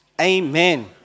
amen